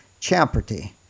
champerty